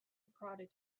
prodded